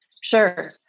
Sure